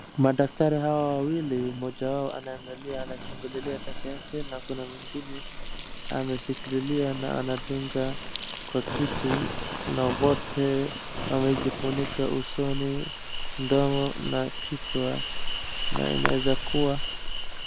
Madaktari hawa wawili mmoja anachungulia pekee yake na mwingine ameshikilia na dunga kwa kitu na wote wamejifunika usoni mdomo na kichwa na anawezakuwa..